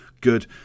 good